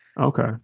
Okay